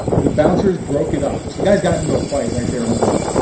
the bouncers broke it up. so the guys got into a fight right there in the bar.